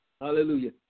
Hallelujah